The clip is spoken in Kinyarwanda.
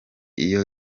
iyo